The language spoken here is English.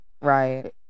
right